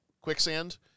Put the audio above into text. quicksand